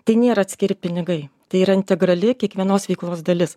tai nėra atskiri pinigai tai yra integrali kiekvienos veiklos dalis